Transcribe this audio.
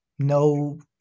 No